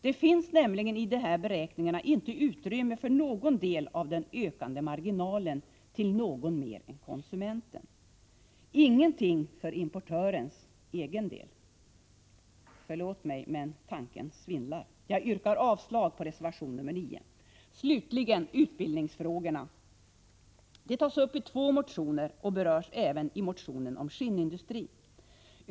Det finns nämligen i de här beräkningarna inte utrymme för någon del av den ökande marginalen till någon mer än konsumenten — ingenting för importörens egen del. Förlåt mig, men tanken svindlar. Jag yrkar avslag på reservation nr 9. Slutligen utbildningsfrågorna. De tas upp i två motioner, och berörs även i motionen om skinnindustrin.